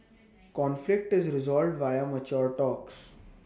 conflict is resolved via mature talks